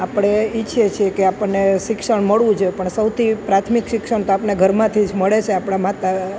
આપણે ઇચ્છીએ છીએ કે આપણને શિક્ષણ મળવું જોઈએ પણ સૌથી પ્રાથમિક શિક્ષણ તો આપણને ઘરમાંથી જ મળે છે આપણાં માતા